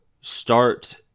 start